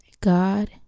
God